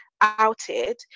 outed